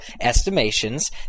estimations